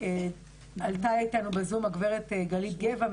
עלתה אתנו בזום הגברת גלית גבע,